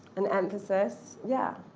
and emphasis. yeah.